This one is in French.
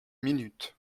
minutes